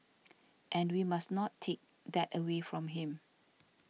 and we must not take that away from him